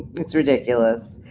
it's ridiculous.